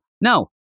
No